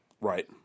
right